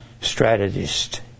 strategist